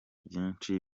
byinshi